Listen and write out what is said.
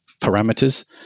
parameters